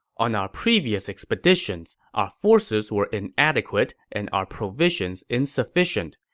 on our previous expeditions, our forces were inadequate and our provisions insufficient.